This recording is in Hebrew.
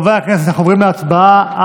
בעד, 12, ובצירוף קולו של חבר הכנסת אורבך,